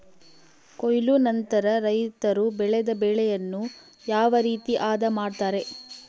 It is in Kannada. ಕೊಯ್ಲು ನಂತರ ರೈತರು ಬೆಳೆದ ಬೆಳೆಯನ್ನು ಯಾವ ರೇತಿ ಆದ ಮಾಡ್ತಾರೆ?